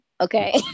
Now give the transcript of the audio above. okay